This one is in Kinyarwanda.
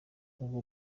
urwo